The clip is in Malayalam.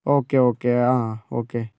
ഓക്കെ ഓക്കെ ആ ഓക്കെ